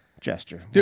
gesture